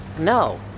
No